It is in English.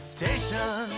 station